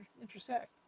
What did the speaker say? intersect